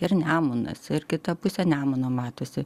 ir nemunas ir kita pusė nemuno matosi